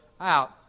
out